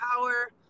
power